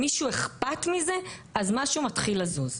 ושוב למוסדות על מה שהם צריכים והיו צריכים לעשות.